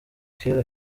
kera